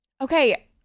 Okay